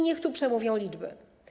Niech tu przemówią liczby.